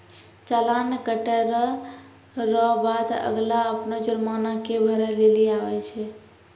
चालान कटे रो बाद अगला अपनो जुर्माना के भरै लेली आवै छै